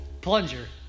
Plunger